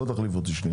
תחליף אותי שנייה.